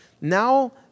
now